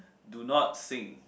do not sing